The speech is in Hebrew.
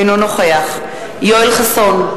אינו נוכח יואל חסון,